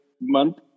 month